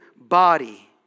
body